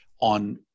on